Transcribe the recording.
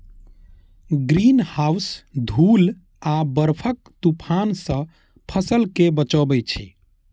greenhouse धूल आ बर्फक तूफान सं फसल कें बचबै छै